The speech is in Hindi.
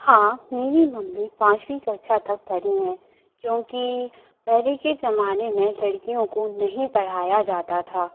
हाँ मेरी मम्मी पाँचवीं कक्षा तक पढ़ी हैं क्योंकि पहले के ज़माने में लड़कियों को नहीं पढ़ाया जाता था